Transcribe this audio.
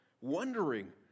wondering